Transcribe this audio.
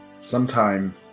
sometime